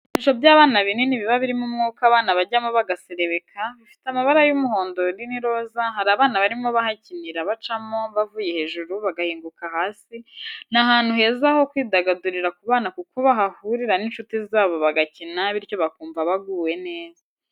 Ibikinisho by'abana binini biba birimo umwuka abana bajyamo bagaserebeka, bifite amabara y'umuhondo n'iroza hari abana barimo bahakinira bacamo bavuye hejuru bagahinguka hasi ni ahantu heza ho kwidagadurira ku bana kuko bahahurira n'inshuti zabo bagakina bityo bakumva baguwe neza.